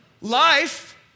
Life